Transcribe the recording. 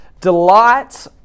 delight